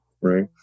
right